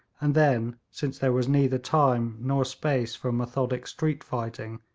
and then, since there was neither time nor space for methodic street fighting,